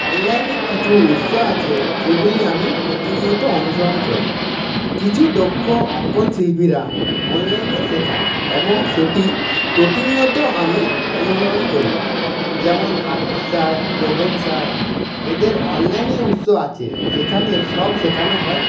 অনলাইনে কিছু উৎস আছে যেগুলি আমি প্রতিনিয়ত অনুসরণ করি কিছু দক্ষ অঙ্কন শিল্পীরা অনলাইনে শেখায় এবং সেটি প্রতিনিয়ত আমি অনুসরণ করি যেমন আকাশ স্যার রোহন স্যার এদের অনলাইনে উৎস আছে সেখানে সব শেখানো হয়